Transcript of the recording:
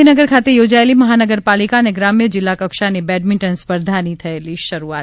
ગાંધીનગર ખાતે યોજાયેલી મહાનગરપાલિકા અને ગ્રામ્યજિલ્લા કક્ષાની બેડમિન્ટન સ્પર્ધાની થયેલી શરૃઆત